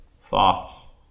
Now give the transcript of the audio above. thoughts